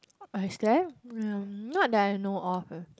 uh is there mm not that I know of eh